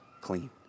clean